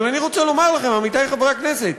אבל אני רוצה לומר לכם, עמיתי חברי הכנסת,